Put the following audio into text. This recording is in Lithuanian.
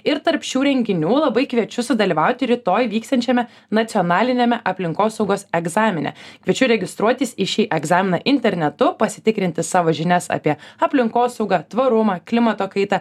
ir tarp šių renginių labai kviečiu sudalyvauti rytoj vyksiančiame nacionaliniame aplinkosaugos egzamine kviečiu registruotis į šį egzaminą internetu pasitikrinti savo žinias apie aplinkosaugą tvarumą klimato kaitą